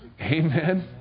Amen